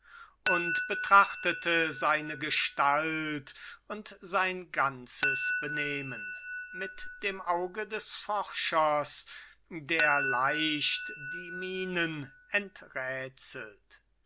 und betrachtete seine gestalt und sein ganzes benehmen mit dem auge des forschers der leicht die mienen